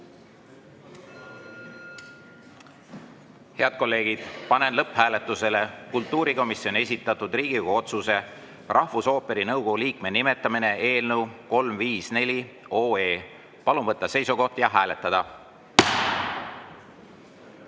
Head kolleegid, panen lõpphääletusele kultuurikomisjoni esitatud Riigikogu otsuse "Rahvusooperi nõukogu liikme nimetamine" eelnõu 354. Palun võtta seisukoht ja hääletada!